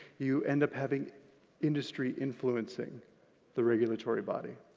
you end up having industry influencing the regulatory body,